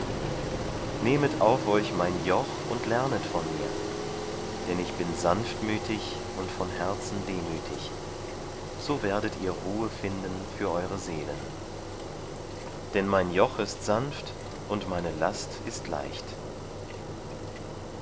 nehmet auf euch mein joch und lernet von mir denn ich bin sanftmütig und von herzen demütig so werdet ihr ruhe finden für eure seelen denn mein joch ist sanft und meine last ist leicht